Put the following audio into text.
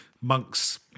monk's